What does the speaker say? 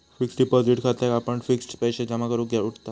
fixed deposit खात्याक आपण fixed पैशे जमा करूक उघडताव